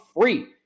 free